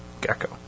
gecko